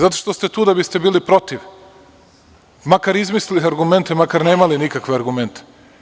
Zato što ste tu da biste bili protiv, makar izmislili argumente, makar nemali nikakve argumente.